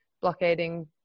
blockading